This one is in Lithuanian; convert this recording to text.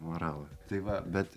moralą tai va bet